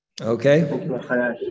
Okay